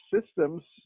Systems